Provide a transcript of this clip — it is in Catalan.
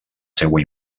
seua